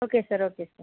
okay sir okay sir